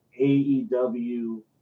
AEW